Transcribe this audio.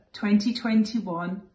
2021